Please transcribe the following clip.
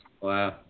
Wow